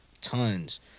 tons